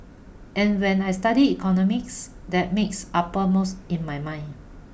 and when I studied economics that makes uppermost in my mind